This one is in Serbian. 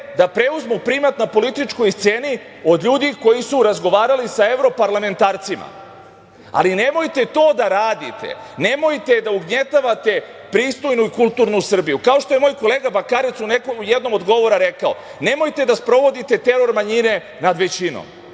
da preuzmu primat na političkoj sceni od ljudi koji su razgovarali sa evroparlamentarcima. Nemojte to da radite. Nemojte da ugnjetavate pristojnu i kulturnu Srbiju. Kao što je mog kolega Bakarec u jednom od govora rekao, nemojte da sprovodite teror manjine nad većinom.